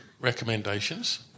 recommendations